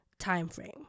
timeframe